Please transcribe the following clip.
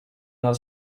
nad